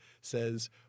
says